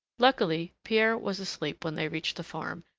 luckily, pierre was asleep when they reached the farm,